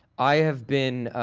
i have been,